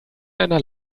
einer